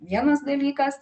vienas dalykas